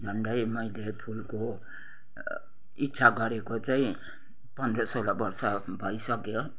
झन्डै मैले फुलको इच्छा गरेको चाहिँ पन्ध्र सोह्र वर्ष भइसक्यो